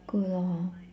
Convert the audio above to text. good lor